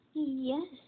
Yes